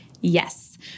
Yes